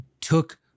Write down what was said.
took